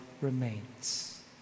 remains